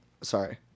Sorry